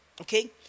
Okay